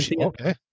okay